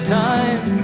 time